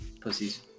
Pussies